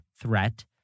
threat